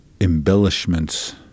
embellishments